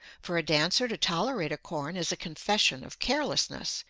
for a dancer to tolerate a corn is a confession of carelessness,